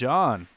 John